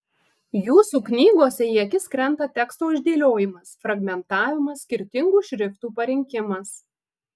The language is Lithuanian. jūsų knygose į akis krenta teksto išdėliojimas fragmentavimas skirtingų šriftų parinkimas